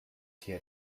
tier